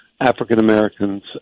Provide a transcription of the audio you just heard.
African-Americans